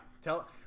Tell